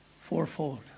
Fourfold